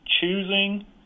choosing